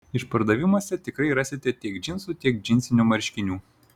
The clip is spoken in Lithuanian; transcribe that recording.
išpardavimuose tikrai rasite tiek džinsų tiek džinsinių marškinių